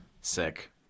Sick